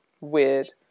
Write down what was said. Weird